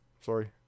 Sorry